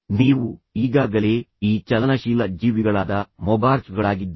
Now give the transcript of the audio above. ನೀವು ಈಗಾಗಲೇ ಈ ಚಲನಶೀಲ ಜೀವಿಗಳಾದ ಮೊಬಾರ್ಚ್ಗಳಾಗಿದ್ದೀರಿ